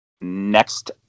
next